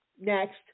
next